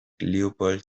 leopold